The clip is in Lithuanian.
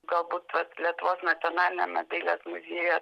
galbūt lietuvos nacionaliniame dailės muziejuje